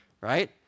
right